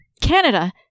canada